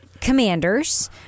commanders